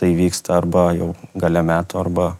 tai vyksta arba jau gale metų arba